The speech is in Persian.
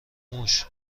موش